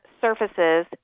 surfaces